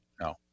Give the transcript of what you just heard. No